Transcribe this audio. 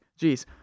Jeez